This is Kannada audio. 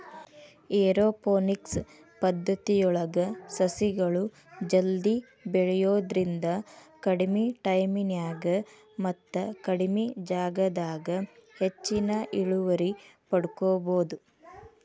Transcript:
ಏರೋಪೋನಿಕ್ಸ ಪದ್ದತಿಯೊಳಗ ಸಸಿಗಳು ಜಲ್ದಿ ಬೆಳಿಯೋದ್ರಿಂದ ಕಡಿಮಿ ಟೈಮಿನ್ಯಾಗ ಮತ್ತ ಕಡಿಮಿ ಜಗದಾಗ ಹೆಚ್ಚಿನ ಇಳುವರಿ ಪಡ್ಕೋಬೋದು